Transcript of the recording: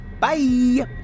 Bye